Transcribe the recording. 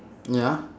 ya